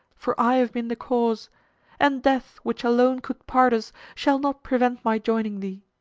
for i have been the cause and death which alone could part us shall not prevent my joining thee.